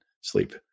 sleep